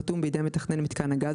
חתום בידי מתכנן מיתקן הגז,